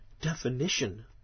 definition